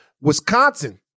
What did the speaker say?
Wisconsin